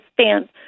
stand